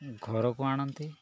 ଘରକୁ ଆଣନ୍ତି